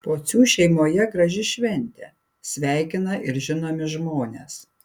pocių šeimoje graži šventė sveikina ir žinomi žmonės